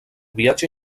viatge